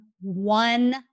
one